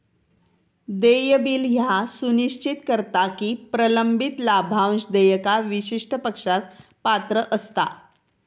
देय बिल ह्या सुनिश्चित करता की प्रलंबित लाभांश देयका विशिष्ट पक्षास पात्र असता